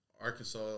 Arkansas